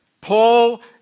Paul